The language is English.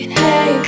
hey